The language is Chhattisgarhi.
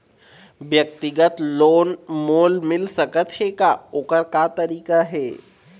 व्यक्तिगत लोन मोल मिल सकत हे का, ओकर का तरीका हे?